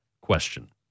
question